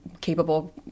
capable